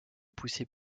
pousser